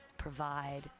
provide